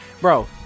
Bro